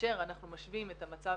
כאשר אנחנו משווים את המצב,